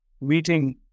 meeting